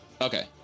Okay